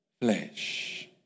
flesh